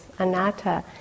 anatta